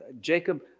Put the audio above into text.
Jacob